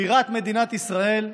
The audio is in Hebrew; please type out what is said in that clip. בירת מדינת ישראל,